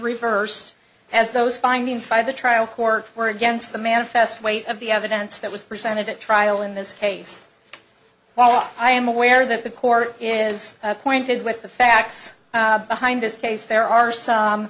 reversed as those findings by the trial court were against the manifest weight of the evidence that was presented at trial in this case while i am aware that the court is appointed with the facts behind this case there are some